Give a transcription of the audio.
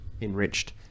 enriched